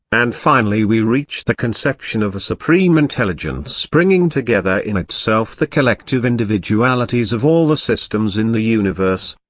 and finally we reach the conception of a supreme intelligence bringing together in itself the collective individualities of all the systems in the universe.